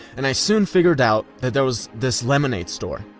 and i soon figured out that there was this lemonade store.